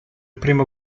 primo